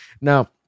Now